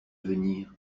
venir